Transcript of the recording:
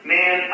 Man